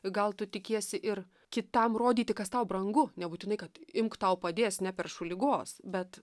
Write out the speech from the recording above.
gal tu tikiesi ir kitam rodyti kas tau brangu nebūtinai kad imk tau padės neperšu ligos bet